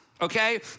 okay